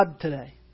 today